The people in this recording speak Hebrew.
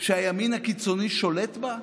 שהימין הקיצוני שולט בה?